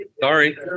Sorry